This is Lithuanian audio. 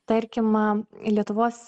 tarkim į lietuvos